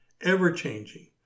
ever-changing